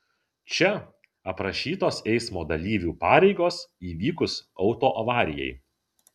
čia aprašytos eismo dalyvių pareigos įvykus autoavarijai